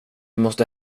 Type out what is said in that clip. måste